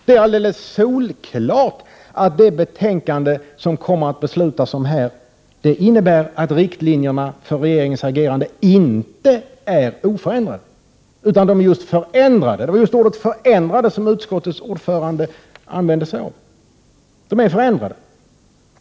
Det är alldeles solklart att det betänkande vi här kommer att fatta beslut om innebär att riktlinjerna för regeringens agerande inte är oförändrade, utan de är förändrade. Det var just ordet förändrade som utskottets ordförande använde sig av. Riktlinjerna är förändrade.